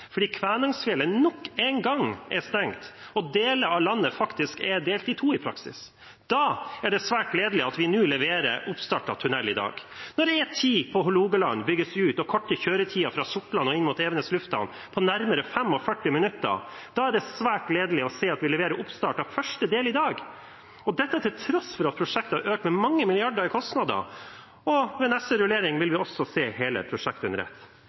fordi Kvænangsfjellet nok en gang er stengt og deler av landet i praksis er delt i to. Da er det svært gledelig at vi nå leverer oppstart av tunnel i dag. Når E10 på Hålogaland bygges ut og korter ned kjøretiden fra Sortland til Evenes lufthavn med nærmere 45 minutter, er det svært gledelig å se at vi leverer oppstart av første del i dag. Dette til tross for at prosjektet har økt med mange milliarder i kostnader. Ved neste rullering vil vi se hele